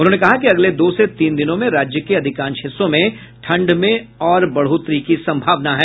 उन्होंने कहा कि अगले दो से तीन दिनों में राज्य के अधिकांश हिस्सों में ठंड में और बढ़ोतरी की संभावना है